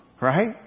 right